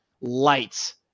lights